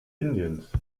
indiens